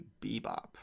bebop